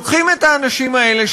לוקחים את האנשים האלה,